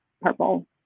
purple